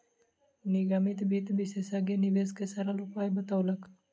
निगमित वित्त विशेषज्ञ निवेश के सरल उपाय बतौलक